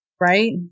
right